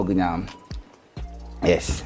yes